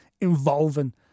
involving